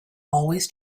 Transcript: always